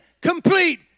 complete